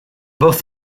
both